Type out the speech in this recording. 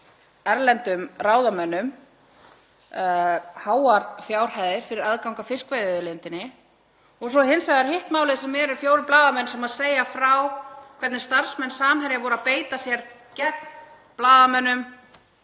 erlendum ráðamönnum með háum fjárhæðum fyrir aðgang að fiskveiðiauðlindinni, og svo hins vegar hitt málið sem eru fjórir blaðamenn sem segja frá hvernig starfsmenn Samherja beittu sér gegn blaðamönnum,